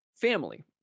family